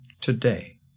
today